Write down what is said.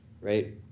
right